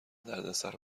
دردسر